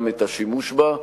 גם את השימוש בה.